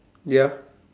ya